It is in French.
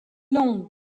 long